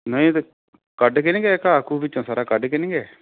ਨਹੀਂ ਤਾਂ ਕੱਢ ਕੇ ਨਹੀਂ ਗਏ ਘਾਹ ਘੂਹ ਵਿੱਚੋਂ ਸਾਰਾ ਕੱਢ ਕੇ ਨਹੀਂ ਗਏ